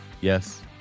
Yes